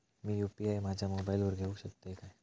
मी UPI माझ्या मोबाईलावर घेवक शकतय काय?